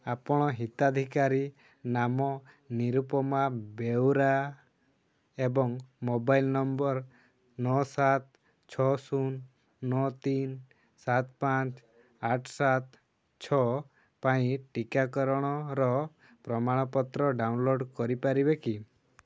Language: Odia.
ଆପଣ ହିତାଧିକାରୀ ନାମ ନିରୁପମା ବେଉରା ଏବଂ ମୋବାଇଲ୍ ନମ୍ବର୍ ନଅ ସାତ ଛଅ ଶୂନ ନଅ ତିନ ସାତ ପାଞ୍ଚ ଆଠ ସାତ ଛଅ ପାଇଁ ଟିକାକରଣର ପ୍ରମାଣପତ୍ର ଡାଉନଲୋଡ଼୍ କରିପାରିବେ କି